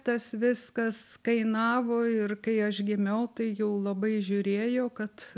tas viskas kainavo ir kai aš gimiau tai jau labai žiūrėjo kad